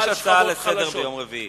יש הצעה לסדר-היום ביום רביעי.